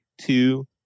two